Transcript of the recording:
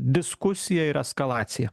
diskusija ir eskalacija